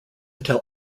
until